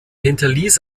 hinterließ